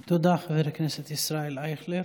תודה, חבר הכנסת ישראל אייכלר.